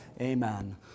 Amen